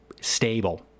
stable